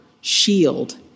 shield